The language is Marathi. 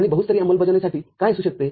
आणि बहुस्तरीय अंमलबजावणी काय असू शकते